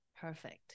perfect